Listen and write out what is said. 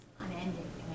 unending